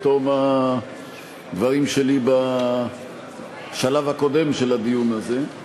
בתום הדברים שלי בשלב הקודם של הדיון הזה,